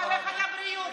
במערכת הבריאות,